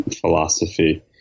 philosophy